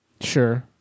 Sure